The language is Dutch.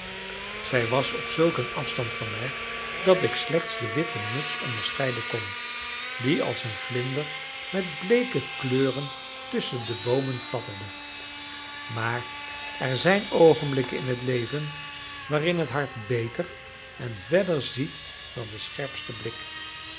zij was op zulk een afstand van mij dat ik slechts de witte muts onderscheiden kon die als een vlinder met bleeke kleuren tusschen de boomen fladderde maar er zijn oogenblikken in het leven waarin het hart beter en verder ziet dan de scherpste blik